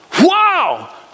wow